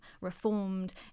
reformed